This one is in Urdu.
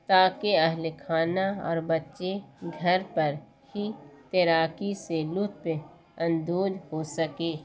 تاکہ اہل خانہ اور بچے گھر پر ہی تیراکی سے لطف اندوز ہو سکے